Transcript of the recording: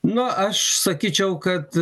na aš sakyčiau kad